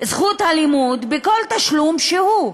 זכות לימוד בכל תשלום שהוא.